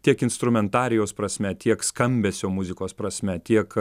tiek instrumentarijaus prasme tiek skambesio muzikos prasme tiek